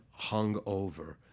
hungover